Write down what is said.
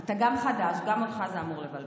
אתה גם חדש, גם אותך זה אמור לבלבל.